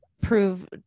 prove